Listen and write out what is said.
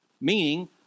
Meaning